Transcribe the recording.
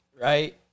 right